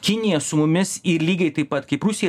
kinija su mumis ir lygiai taip pat kaip rusija